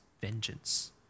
vengeance